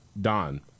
Don